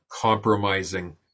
compromising